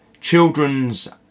children's